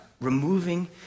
removing